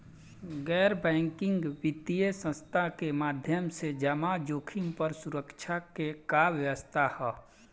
गैर बैंकिंग वित्तीय संस्था के माध्यम से जमा जोखिम पर सुरक्षा के का व्यवस्था ह?